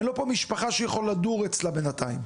אין לו פה משפחה שהוא יכול לדור אצלה בינתיים,